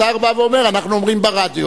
השר אומר: אנחנו אומרים ברדיו.